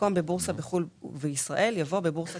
במקום "בבורסה בחו"ל ובישראל" יבוא "בבורסה